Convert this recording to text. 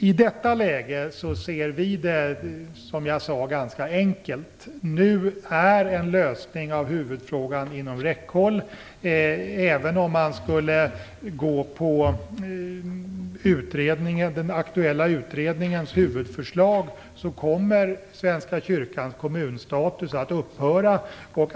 I detta läge ser vi det hela som ganska enkelt. Nu är en lösning av huvudfrågan inom räckhåll. Även om man skulle gå på den aktuella utredningens huvudförslag kommer Svenska kyrkans kommunstatus att upphöra.